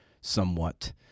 somewhat